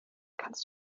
kannst